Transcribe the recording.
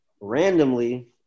randomly